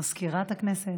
מזכירת הכנסת,